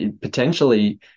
potentially